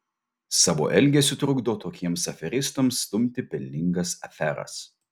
savo elgesiu trukdo tokiems aferistams stumti pelningas aferas